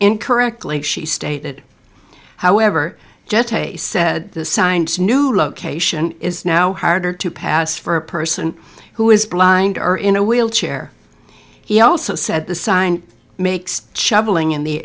incorrectly she stated however just a said the signs new location is now harder to pass for a person who is blind or in a wheelchair he also said the sign makes shoveling in the